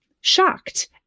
shocked